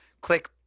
click